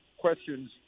questions